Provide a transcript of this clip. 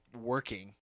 working